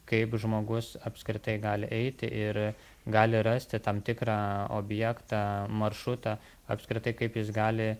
kaip žmogus apskritai gali eiti ir gali rasti tam tikrą objektą maršrutą apskritai kaip jis gali